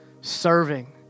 serving